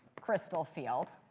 crystal field.